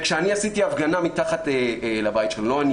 כשאני עשיתי הפגנה מתחת לבית שלו לא אני,